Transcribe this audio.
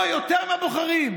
לא, יותר מהבוחרים.